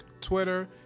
twitter